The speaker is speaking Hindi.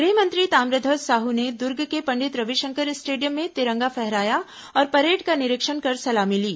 गृहमंत्री ताम्रध्वज साहू ने दूर्ग के पंडित रविशंकर स्टेडियम में तिरंगा फहराया और परेड का निरीक्षण कर सलामी ली